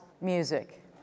music